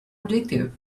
addictive